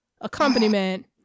accompaniment